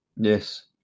yes